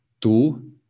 Tu